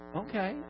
okay